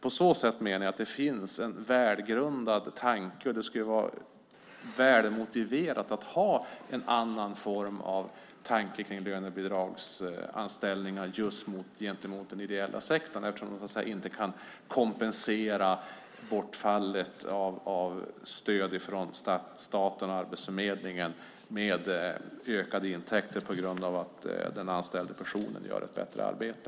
På så sätt menar jag att det finns en välgrundad tanke, och det skulle vara välmotiverat att ha en annan form av syn på lönebidragsanställningar just gentemot den ideella sektorn eftersom de inte kan kompensera bortfallet av stöd från staten och Arbetsförmedlingen med ökade intäkter till följd av att den anställda personen gör ett bättre arbete.